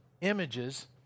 images